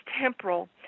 temporal